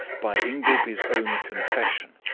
by ingleby's own confession,